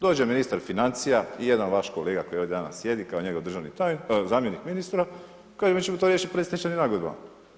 Dođe ministar financija i jedan vaš kolega koji ovdje danas sjedi kao njegov zamjenik ministra, kaže mi ćemo to riješiti predstečajnim nagodbama.